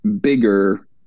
bigger